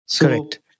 Correct